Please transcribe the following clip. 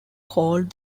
called